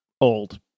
old